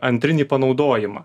antrinį panaudojimą